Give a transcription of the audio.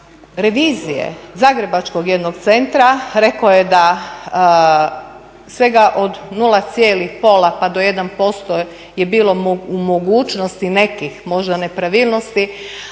revizije zagrebačkog jednog centra rekao je da svega od nula cijelih pola pa do jedan posto je bilo u mogućnosti nekih možda nepravilnosti.